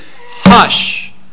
hush